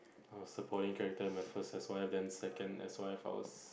I was supporting character in my first S_Y_F then second S_Y_F I was